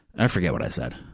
i forget what i said.